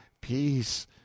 peace